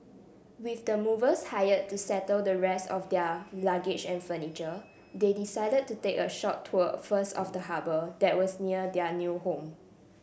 with the movers hired to settle the rest of their luggage and furniture they decided to take a short tour first of the harbour that was near their new home